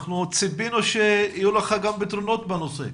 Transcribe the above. אנחנו ציפינו שיהיו לך גם פתרונות בנושא.